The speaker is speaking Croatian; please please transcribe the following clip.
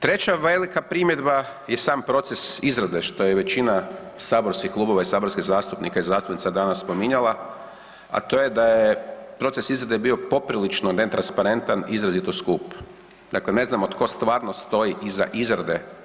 Treća velika primjedba je sam proces izrade što je većina saborskih klubova i saborskih zastupnika i zastupnica danas spominjala, a to je da je proces izrade bio poprilično netransparentan, izrazito skup, dakle ne znamo tko stvarno stoji iza izrade.